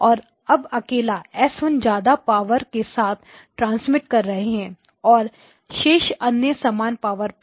और अब अकेला S1 ज्यादा पावर के साथ ट्रांसमिट कर रहे है और शेष अन्य सामान्य पावर पर